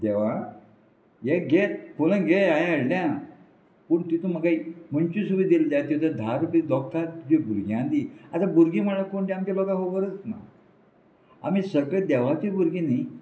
देवा हे घेत पो घे हांवें हाडल्या पूण तितून म्हाका मनश सुद्दां दिल्ली आसा तितून धा रुपया दोगता तुज्या भुरग्यां दी आतां भुरगीं म्हळ्यार कोण ती आमचे लोकांक खबरच ना आमी सगळे देवाची भुरगीं न्ही